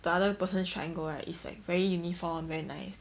the other person triangle right is like very uniform very nice